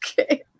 Okay